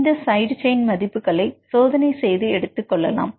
இந்த side chain மதிப்புகளை சோதனை செய்து எடுத்துக் கொள்ளலாம்